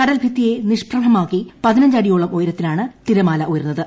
കടൽഭിത്തിയെ നിഷ്പ്രഭമാക്കി പതിനഞ്ച് അടിയോളം ഉയരത്തിലാണ് തിരമാല ഉയർന്നത്